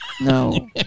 no